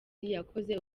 yakoze